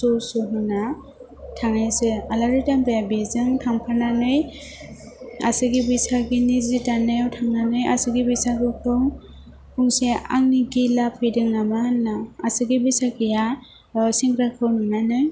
जौस' होना थानायसै आलारि दामब्राया बेजों थांफानानै आसागि बैसागिनि जि दानायाव थांनानै आसागि बैसागिखौ बुंसै आंनि गिला फैदों नामा होनना आसागि बैसागिया सेंग्राखौ नुनानै